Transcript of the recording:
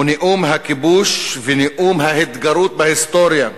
הוא נאום הכיבוש ונאום ההתגרות בהיסטוריה.